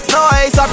noise